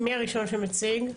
מי הראשון שמציג?